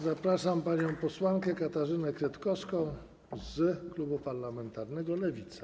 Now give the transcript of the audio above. Zapraszam panią posłankę Katarzynę Kretkowską z klubu parlamentarnego Lewica.